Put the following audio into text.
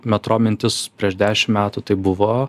metro mintis prieš dešim metų tai buvo